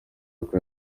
uko